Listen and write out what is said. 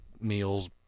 meals